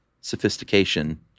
sophistication